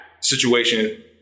situation